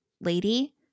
lady